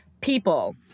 people